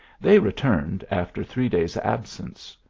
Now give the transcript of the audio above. they returned after three days absence.